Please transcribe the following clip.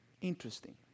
Interesting